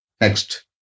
Next